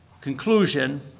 conclusion